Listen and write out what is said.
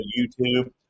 YouTube